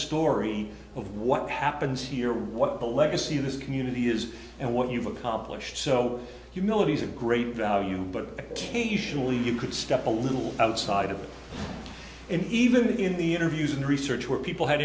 story of what happens here what the legacy of this community is and what you've accomplished so humility is of great value but occasionally you could step a little outside of it and even in the interviews and research where people had